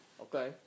Okay